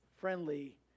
friendly